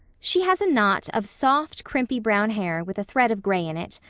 she has a knot of soft, crimpy, brown hair with a thread of gray in it,